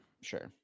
Sure